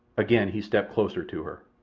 again he stepped closer to her.